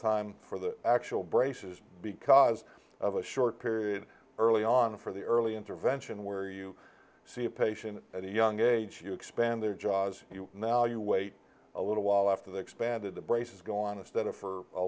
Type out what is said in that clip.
time for the actual braces because of a short period early on for the early intervention where you see a patient at a young age you expand their jaws now you wait a little while after the expanded the braces go on instead of for a